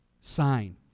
sign